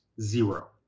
Zero